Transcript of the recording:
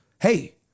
Hey